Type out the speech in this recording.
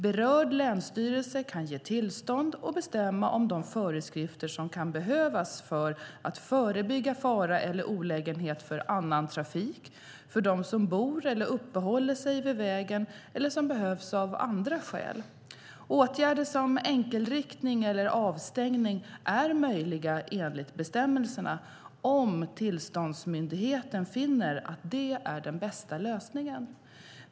Berörd länsstyrelse kan ge tillstånd och bestämma om de föreskrifter som kan behövas för att förebygga fara eller olägenhet för annan trafik, för dem som bor eller uppehåller sig vid vägen eller som behövs av andra skäl. Åtgärder som enkelriktning eller avstängning är möjliga enligt bestämmelserna, om tillståndsmyndigheten finner att det är den bästa lösningen.